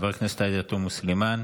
חברת הכנסת עאידה תומא סלימאן,